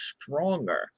stronger